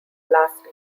last